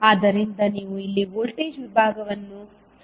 ಆದ್ದರಿಂದ ನೀವು ಇಲ್ಲಿ ವೋಲ್ಟೇಜ್ ವಿಭಾಗವನ್ನು ಸರಳವಾಗಿ ಬಳಸಬಹುದು